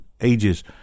ages